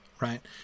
right